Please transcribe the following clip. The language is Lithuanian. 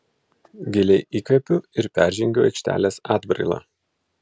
giliai įkvepiu ir peržengiu aikštelės atbrailą